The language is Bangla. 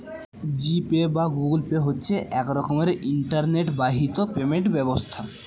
জি পে বা গুগল পে হচ্ছে এক রকমের ইন্টারনেট বাহিত পেমেন্ট ব্যবস্থা